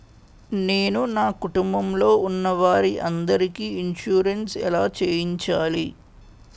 నేను నా కుటుంబం లొ ఉన్న వారి అందరికి ఇన్సురెన్స్ ఎలా చేయించాలి?